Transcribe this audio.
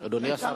אדוני השר,